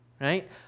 right